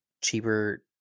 cheaper